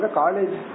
college